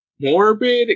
morbid